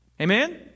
Amen